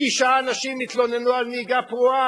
שישה אנשים התלוננו על נהיגה פרועה,